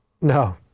No